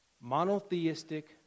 monotheistic